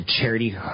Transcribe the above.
charity